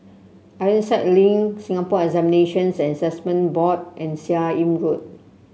Ironside Link Singapore Examinations and Assessment Board and Seah Im Road